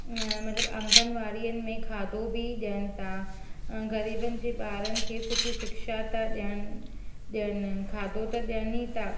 मतलबु आंगन वाड़ीअनि में खाधो बि ॾियनि था ग़रीबनि जे ॿारनि खे सुठी शिक्षा था ॾियनि ॾियनि खाधो त ॾियनि ई था